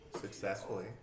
successfully